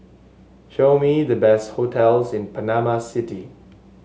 show me the best hotels in Panama City